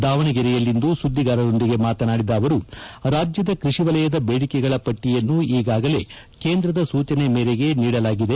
ದಾವಣಗೆರೆಯಲ್ಲಿಂದು ಸುದ್ದಿಗಾರರೊಂದಿಗೆ ಮಾತನಾಡಿದ ಅವರುರಾಜ್ಯದ ಕೈಷಿ ವಲಯದ ಬೇಡಿಕೆಗಳ ಪಟ್ಟಯನ್ನು ಈಗಾಗಲೇ ಕೇಂದ್ರದ ಸೂಚನೆ ಮೇರೆಗೆ ನೀಡಲಾಗಿದೆ